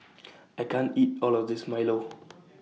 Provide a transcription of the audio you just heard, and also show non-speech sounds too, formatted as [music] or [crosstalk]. I can't eat All of This Milo [noise]